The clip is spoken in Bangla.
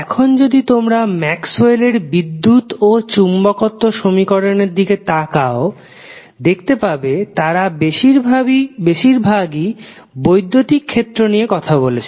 এখন যদি তোমরা ম্যাক্সওয়েল এর বিদ্যুৎ ও চুম্বকত্ব সমীকরণের দিকে তাকাও দেখেতে পাবে তাঁরা বেশিরভাগই বৈদ্যুতিক ক্ষেত্র নিয়ে কথা বলেছেন